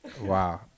wow